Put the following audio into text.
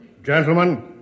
Gentlemen